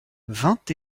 vingt